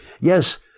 yes